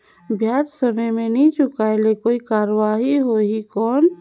ब्याज समय मे नी चुकाय से कोई कार्रवाही होही कौन?